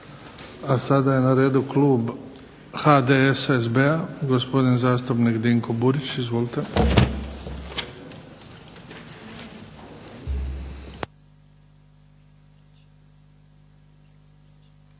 A sada je na redu klub HDSSB-a gospodin zastupnik Dinko Burić. Izvolite.